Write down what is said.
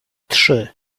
trzy